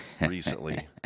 recently